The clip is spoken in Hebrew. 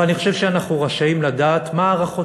אבל אני חושב שאנחנו רשאים לדעת מה ההערכות